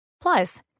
Plus